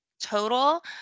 total